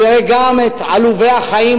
הוא יראה גם את עלובי החיים,